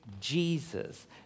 Jesus